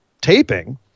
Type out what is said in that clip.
taping